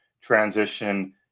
transition